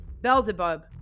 Belzebub